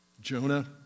Jonah